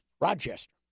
Rochester